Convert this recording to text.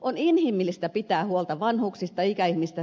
on inhimillistä pitää huolta vanhuksista ikäihmisistä